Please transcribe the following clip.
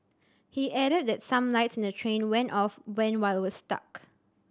he added that some lights in the train went off when while it was stuck